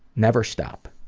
never stop.